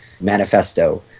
manifesto